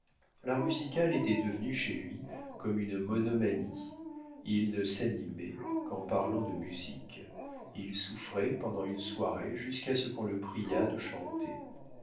l'art musical était devenu chez lui comme une monomanie il ne s'animait qu'en parlant de musique il souffrait pendant une soirée jusqu'à ce qu'on le priât de chanter